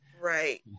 Right